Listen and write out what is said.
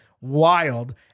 Wild